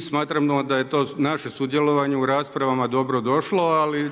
smatramo da je to naše sudjelovanje u raspravama dobro došlo, ali